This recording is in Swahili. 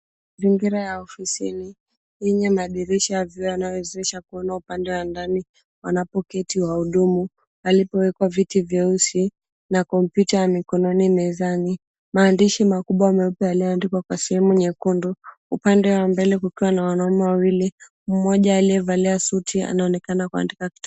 Mazingira ya ofisini yenye madirisha ya vioo yanayowezesha kuona upande wa ndani wanapoketi wahudumu palipo wekwa viti vyeusi na kompyuta ya mikononi mezani. Maandishi makubwa meupe yaliyoandikwa kwa sehemu nyekundu upande wa mbele kukiwa na wanaume wawili, mmoja aliyevalia suti anaonekana kuandika kitabu.